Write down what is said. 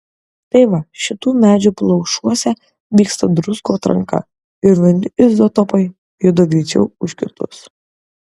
tai va šitų medžių plaušuose vyksta druskų atranka ir vieni izotopai juda greičiau už kitus